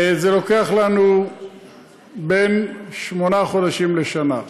לוקח לנו בין שמונה חודשים לשנה.